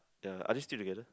ya are they still together